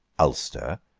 ulster,